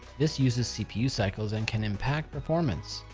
this uses cpu cycles and can impact performance.